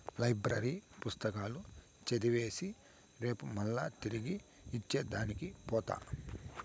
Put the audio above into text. library పుస్తకాలు చదివేసి రేపు మల్లా తిరిగి ఇచ్చే దానికి పోత